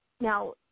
Now